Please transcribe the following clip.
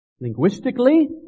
linguistically